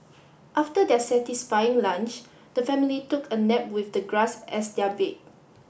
after their satisfying lunch the family took a nap with the grass as their bed